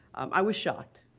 i was shocked,